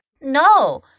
no